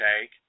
take